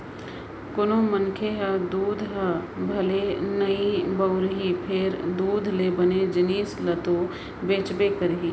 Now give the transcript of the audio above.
कोनों मनखे ह दूद ह भले नइ बउरही फेर दूद ले बने जिनिस तो लेबेच करही